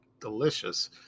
delicious